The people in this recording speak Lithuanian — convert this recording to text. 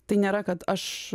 tai nėra kad aš